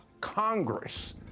Congress